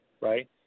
right